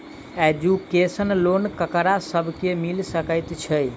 Education loan ककरा सब केँ मिल सकैत छै?